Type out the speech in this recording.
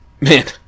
Man